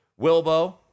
Wilbo